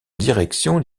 direction